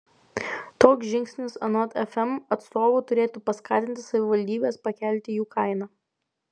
toks žingsnis anot fm atstovų turėtų paskatinti savivaldybes pakelti jų kainą